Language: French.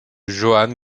johann